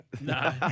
No